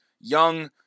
young